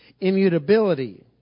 Immutability